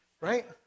right